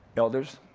elders.